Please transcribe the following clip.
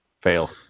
Fail